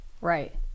Right